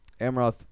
Amroth